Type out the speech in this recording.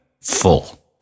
full